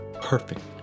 perfect